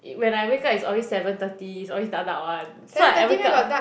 it when I wake up its already seven thirty its always dark dark [one] so I wake up